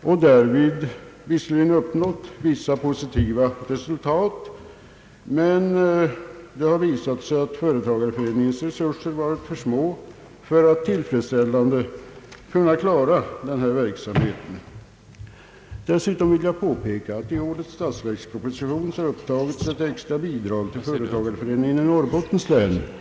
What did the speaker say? Därvid har visserligen vissa positiva resultat uppnåtts, men det har visat sig att företagareföreningens resurser varit för små för att klara denna verksamhet på ett tillfredsställande sätt. Dessutom vill jag påpeka att i årets statsverksproposition upptagits ett extra bidrag om 100 000 kronor till företagareföreningen i Norrbottens län.